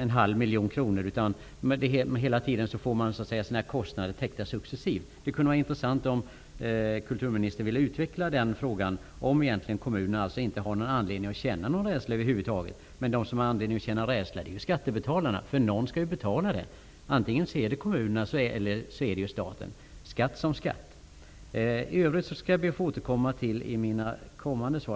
en halv miljon kronor, men att man hela tiden får sina kostnader täckta successivt. Det kunde vara intressant om kulturministern ville utveckla den frågan: Har kommunerna inte någon anledning att känna rädsla över huvud taget? Men de som har anledning att känna rädsla är ju skattebetalarna, för någon skall ju betala detta. Antingen är det kommunerna eller också är det staten. Skatt som skatt. I övrigt skall jag be att få återkomma i mina kommande inlägg.